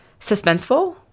suspenseful